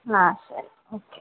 ಹಾಂ ಸರಿ ಓಕೆ